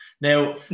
now